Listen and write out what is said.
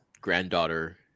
granddaughter